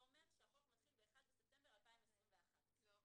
זה אומר שהחוק מתחיל ב-1 בספטמבר, 2021. לא.